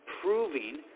proving